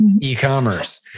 E-commerce